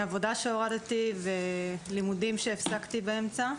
העבודה שהורדתי ולימודים שהפסקתי באמצע.